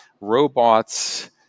robots